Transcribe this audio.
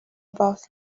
about